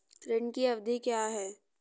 ऋण की अवधि क्या है?